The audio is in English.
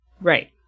Right